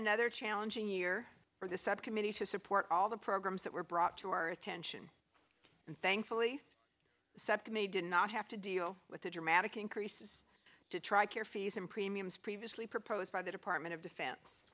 another challenging year for the subcommittee to support all the programs that were brought to our attention and thankfully septa made did not have to deal with the dramatic increases to try care fees and premiums previously proposed by the department of defen